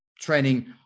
training